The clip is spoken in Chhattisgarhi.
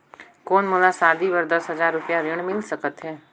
कौन मोला शादी बर दस हजार रुपिया ऋण मिल सकत है?